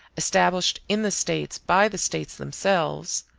established in the states by the states themselves,